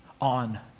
on